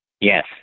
Yes